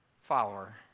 follower